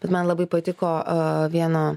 bet man labai patiko vieno